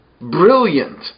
brilliant